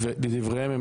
לדבריהם,